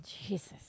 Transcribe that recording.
Jesus